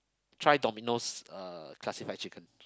try Domino's uh classified chicken